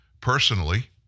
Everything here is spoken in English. personally